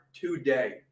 today